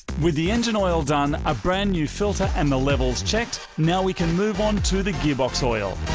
with the engine oil done, a brand new filter, and the levels checked now we can move onto the gearbox oil.